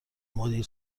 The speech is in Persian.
مدیر